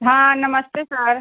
हाँ नमस्ते सर